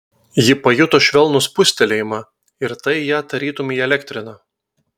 ji pajuto švelnų spustelėjimą ir tai ją tarytum įelektrino